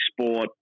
sport